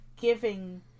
giving